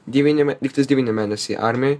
devyni mė lygtais devyni mėnesiai armijoj